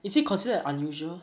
is it considered unusual